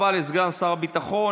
תודה רבה לסגן שר הביטחון.